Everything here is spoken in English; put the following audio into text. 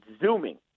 zooming